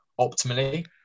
optimally